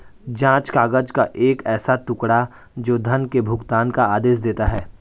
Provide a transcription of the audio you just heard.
जाँच काग़ज़ का एक ऐसा टुकड़ा, जो धन के भुगतान का आदेश देता है